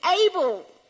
able